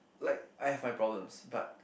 like I have my problems but